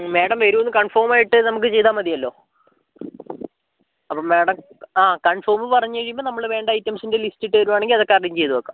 madam വരുവോ എന്ന് confirm ആയിട്ട് നമുക്ക് ചെയ്താൽ മതിയല്ലോ അപ്പം മേഡം ആ കൺഫോം പറഞ്ഞുകഴിയുമ്പം അപ്പോൾ നമ്മൾ വേണ്ട ഐറ്റംസിൻ്റെ ലിസ്റ്റ് ഇട്ട് തരുവാണെങ്കിൽ അതൊക്കെ അറേഞ്ച് ചെയ്ത് വയ്ക്കാം